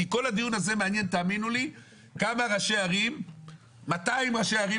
כי כל הדיון הזה מעניין 200 ראשי ערים